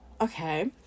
okay